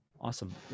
Awesome